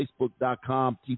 Facebook.com